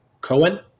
cohen